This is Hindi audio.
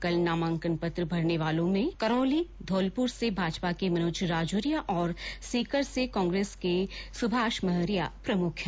कल नामांकन पत्र भरने वालों में करौली धौलपुर से भाजपा के मनोज राजौरिया और सीकर से कांग्रेस के सुभाष महरिया प्रमुख हैं